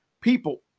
people